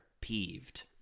peeved